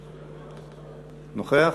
נוכח?